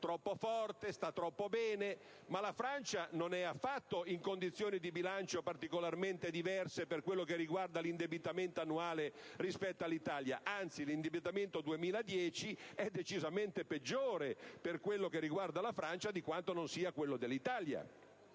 troppo forte, sta troppo bene... Ma la Francia non è affatto in condizioni di bilancio particolarmente diverse, per quello che riguarda l'indebitamento annuale, rispetto all'Italia; anzi, l'indebitamento 2010 è decisamente peggiore per la Francia di quanto non sia per l'Italia.